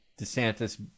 DeSantis